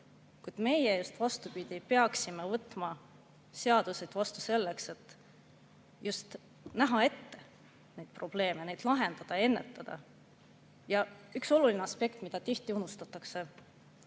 just vastupidi, peaksime võtma seaduseid vastu selleks, et just näha ette neid probleeme, neid lahendada ja ennetada. Ja üks oluline aspekt, mis tihti unustatakse.